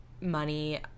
money